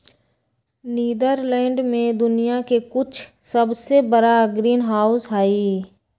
Netherlands में दुनिया के कुछ सबसे बड़ा ग्रीनहाउस हई